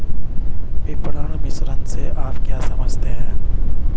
विपणन मिश्रण से आप क्या समझते हैं?